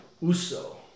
Uso